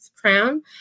crown